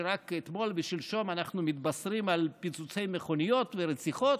שרק אתמול ושלשום אנחנו מתבשרים על פיצוצי מכוניות ועל רציחות.